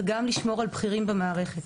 וגם לשמור על בכירים במערכת.